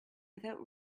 without